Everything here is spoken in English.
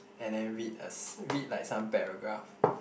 and then read a read like some paragraph